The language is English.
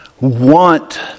want